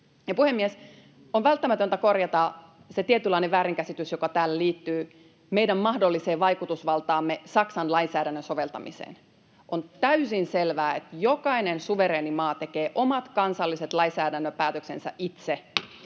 on välttämätöntä korjata se tietynlainen väärinkäsitys, joka liittyy meidän mahdolliseen vaikutusvaltaamme Saksan lainsäädännön soveltamiseen. On täysin selvää, että jokainen suvereeni maa tekee omat kansalliset lainsäädännön päätöksensä itse.